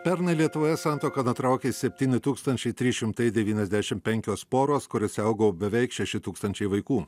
pernai lietuvoje santuoką nutraukė septyni tūkstančiai trys šimtai devyniasdešim penkios poros kuriose augo beveik šeši tūkstančiai vaikų